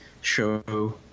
show